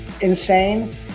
insane